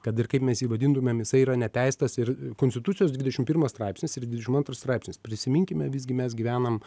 kad ir kaip mes jį vadintumėm jisai yra neteisėtas ir konstitucijos dvidešim pirmas straipsnis ir dvideši antras straipsnis prisiminkime visgi mes gyvenam